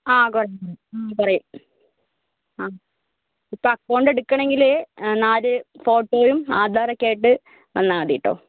ആ കുഴപ്പമില്ല ആ പറയു ആ ഇപ്പോൾ അക്കൗണ്ട് എടുക്കണമെങ്കിൽ നാല് ഫോട്ടോയും ആധാറൊക്കെയായിട്ട് വന്നാൽ മതീട്ടോ